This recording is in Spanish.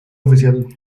oficial